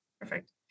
Perfect